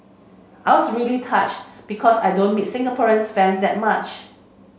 I was really touched because I don't meet Singaporean fans that much